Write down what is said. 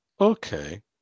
okay